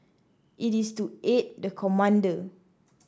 it is to aid the commander